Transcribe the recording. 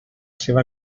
seva